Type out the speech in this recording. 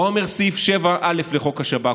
מה אומר סעיף 7(א) לחוק השב"כ.